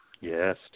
Yes